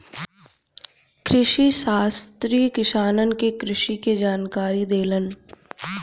कृषिशास्त्री किसानन के कृषि के जानकारी देलन